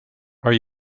are